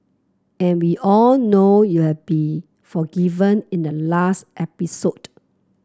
and we all know you'll be forgiven in the last episode